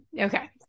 okay